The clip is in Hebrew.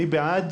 מי בעד?